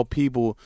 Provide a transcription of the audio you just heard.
people